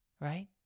Right